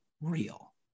real